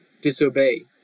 disobey